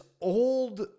old